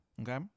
Okay